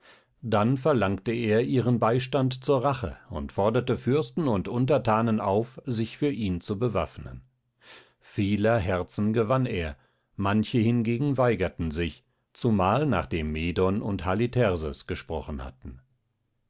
dann verlangte er ihren beistand zur rache und forderte fürsten und unterthanen auf sich für ihn zu bewaffnen vieler herzen gewann er manche hingegen weigerten sich zumal nachdem medon und halitherses gesprochen hatten